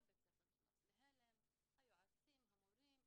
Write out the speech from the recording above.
כל בית הספר נכנס להלם, היועצים, המורים.